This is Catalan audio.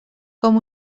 com